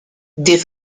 des